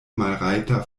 malrajta